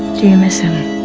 do you miss him? i